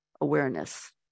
awareness